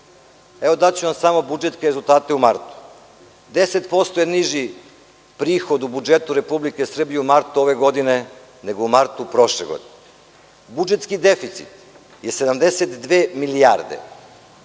Srbiji. Daću vam samo budžetske rezultate u martu – 10% je niži prihod u budžetu Republike Srbije u martu ove godine nego u martu prošle godine. Budžetski deficit je 72 milijarde,